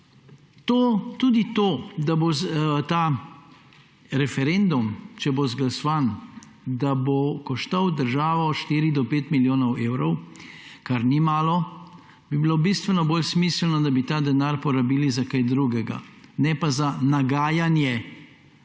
Tudi to, da bo ta referendum, če bo izglasovan, koštal državo 4 do 5 milijonov evrov, kar ni malo, bi bilo bistveno bolj smiselno, da bi ta denar porabili za kaj drugega, ne pa za nagajanje